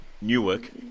Newark